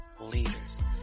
leaders